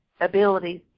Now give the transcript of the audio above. abilities